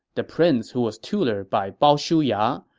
the prince who was tutored by bao shuya,